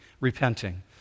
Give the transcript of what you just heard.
repenting